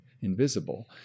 invisible